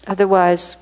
Otherwise